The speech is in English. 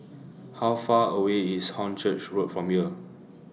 How Far away IS Hornchurch Road from here